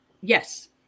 yes